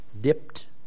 dipped